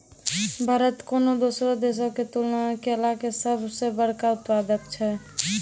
भारत कोनो दोसरो देशो के तुलना मे केला के सभ से बड़का उत्पादक छै